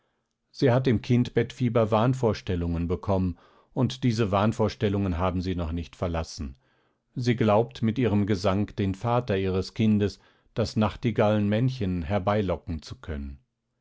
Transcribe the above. sie hat im kindbettfieber wahnvorstellungen bekommen und diese wahnvorstellungen haben sie noch nicht verlassen sie glaubt mit ihrem gesang den vater ihres kindes das nachtigallenmännchen herbeilocken zu können